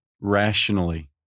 rationally